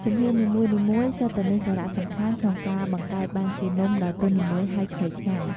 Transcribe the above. ជំហាននីមួយៗសុទ្ធតែមានសារៈសំខាន់ក្នុងការបង្កើតបានជានំដ៏ទន់ល្មើយ ហើយឈ្ងុយឆ្ងាញ់។